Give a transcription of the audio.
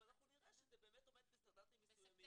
ואנחנו באמת נראה שזה עומד בסטנדרטים מסוימים.